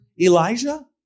Elijah